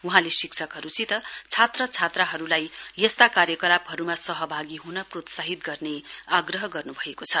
वहाँले शिक्षकहरुसित छात्र छात्राहरुलाई यस्ता कार्यकलापहरुमा सहभागी हुन प्रोत्साहित गर्ने आग्रह गर्नुभएको छ